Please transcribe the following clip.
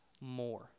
more